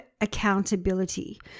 accountability